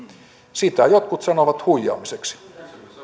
sitä jotkut sanovat huijaamiseksi